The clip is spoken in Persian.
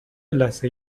لثه